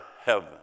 heaven